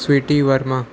Sweety Varma